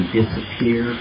disappear